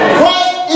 Christ